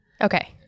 Okay